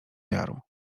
jaru